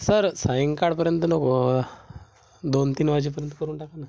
sir सायंकाळपर्यंत नको दोनतीन वाजेपर्यंत करून टाका ना